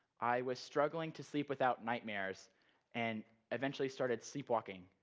i was struggling to sleep without nightmares and eventually started sleepwalking.